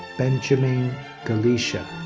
benjamin galichia.